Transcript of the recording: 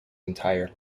entire